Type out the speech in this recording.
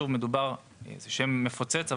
זה שם מפוצץ,